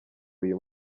uyu